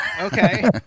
Okay